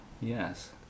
Yes